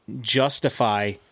justify